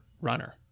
runner